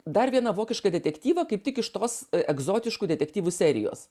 dar vieną vokišką detektyvą kaip tik iš tos egzotiškų detektyvų serijos